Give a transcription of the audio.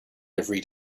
every